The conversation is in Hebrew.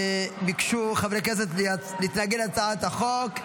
חברי כנסת ביקשו להתנגד להצעת החוק.